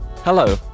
Hello